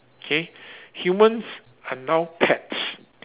okay humans are now pets